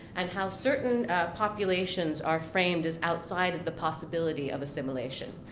and how certain populations are framed as outside of the possibility of assimilation.